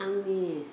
आंनि